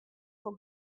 foar